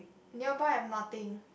nearby I'm nothing